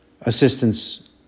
assistance